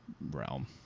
realm